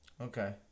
Okay